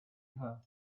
her